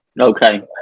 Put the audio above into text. Okay